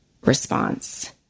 response